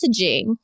messaging